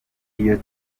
iyo